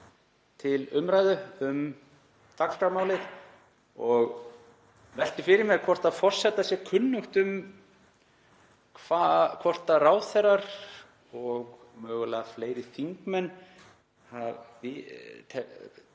til umræðu um dagskrármálið. Ég velti fyrir mér hvort forseta sé kunnugt um hvort ráðherrar og mögulega fleiri þingmenn